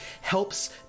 helps